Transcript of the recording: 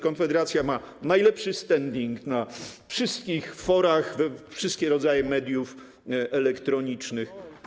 Konfederacja ma najlepszy standing na wszystkich forach, wszystkie rodzaje mediów elektronicznych.